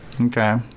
Okay